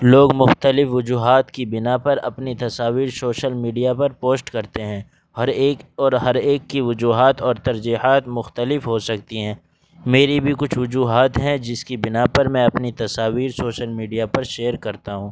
لوگ مختلف وجوہات کی بنا پر اپنی تصاویر شوشل میڈیا پر پوسٹ کرتے ہیں ہر ایک اور ہر ایک کی وجوہات اور ترجیحات مختلف ہو سکتی ہیں میری بھی کچھ وجوہات ہیں جس کی بنا پر میں اپنی تصاویر شوشل میڈیا پر شیئر کرتا ہوں